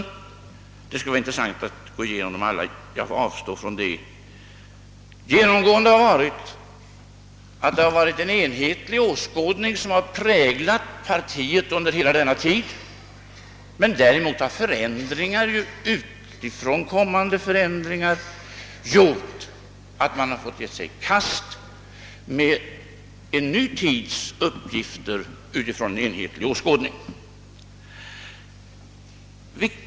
Genomgående har en enhetlig åskådning präglat partiet under denna tid. Förändringar utomlands har medfört att man måst ge sig i kast med en ny tids uppgifter, men det har skett på grundval av en enhetlig åskådning.